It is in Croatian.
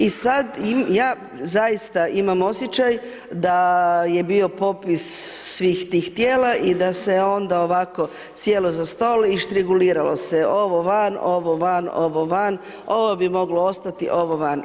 I sad ja zaista imam osjećaj da je bio popis svih tih tijela i da se onda ovako sjelo za stol i reguliralo se, ovo van, ovo van, ovo van, ovo bi moglo ostati, ovo van.